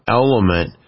element